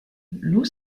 loue